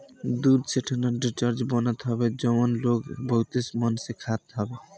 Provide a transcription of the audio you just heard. दूध से ठंडा डेजर्ट बनत हवे जवन लोग बहुते मन से खात हवे